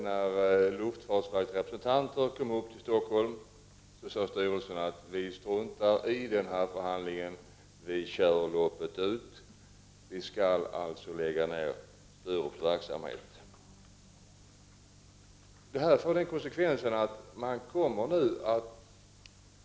När luftfartsverkets representanter anlände till Stockholm sade styrelsen att vi struntar i förhandlingen, vi kör loppet ut och vi skall alltså lägga ner verksamheten på Sturup.